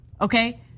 okay